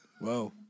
Whoa